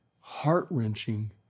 heart-wrenching